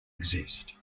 exist